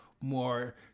more